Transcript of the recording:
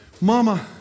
Mama